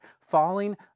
falling